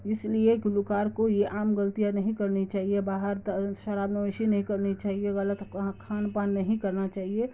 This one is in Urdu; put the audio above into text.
اس لیے گلوکار کو یہ عام غلطیاں نہیں کرنی چاہیے باہر شراب نوشی نہیں کرنی چاہیے غلط کھان پان نہیں کرنا چاہیے